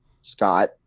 scott